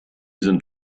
sind